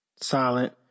Silent